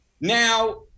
now